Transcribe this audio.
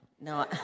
No